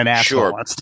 Sure